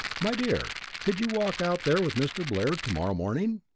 my dear, could you walk out there with mr. blair to-morrow morning?